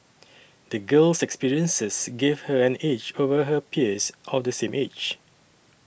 the girl's experiences gave her an edge over her peers of the same age